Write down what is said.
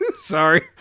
Sorry